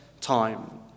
time